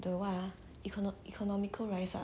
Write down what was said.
the what econ~ economical rice ah